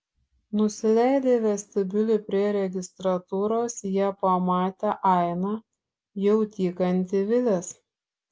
nusileidę į vestibiulį prie registratūros jie pamatė ainą jau tykantį vilės